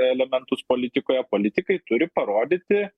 elementus politikoje politikai turi parodyti